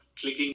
clicking